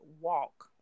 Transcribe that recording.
walk